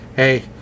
hey